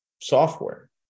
software